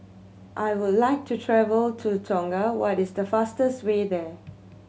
I would like to travel to Tonga what is the fastest way there